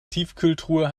tiefkühltruhe